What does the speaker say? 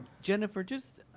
jennifer just,